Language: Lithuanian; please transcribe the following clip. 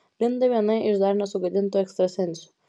linda viena iš dar nesugadintų ekstrasensių